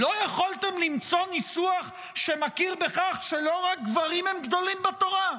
לא יכולתם למצוא ניסוח שמכיר בכך שלא רק גברים הם גדולים בתורה?